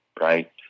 right